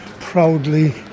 proudly